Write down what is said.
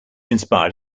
inspired